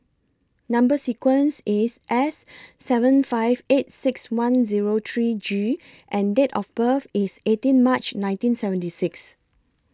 Number sequence IS S seven five eight six one Zero three G and Date of birth IS eighteen March nineteen seventy six